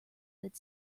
that